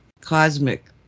cosmic